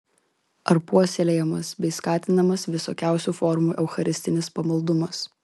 ar puoselėjamas bei skatinamas visokiausių formų eucharistinis pamaldumas